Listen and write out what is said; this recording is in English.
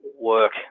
work